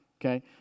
okay